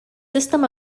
system